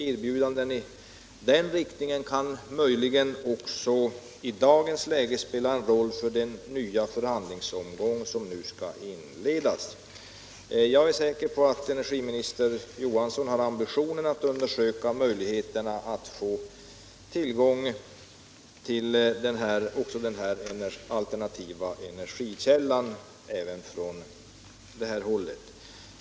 Erbjudanden i den riktningen kan möjligen också i dagens läge spela en roll för den nya förhandlingsomgång som nu skall inledas. Jag är säker på att energiminister Johansson har ambitionen att undersöka möjligheterna att få tillgång till denna alternativa energikälla även från det här hållet.